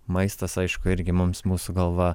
maistas aišku irgi mums mūsų galva